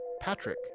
Patrick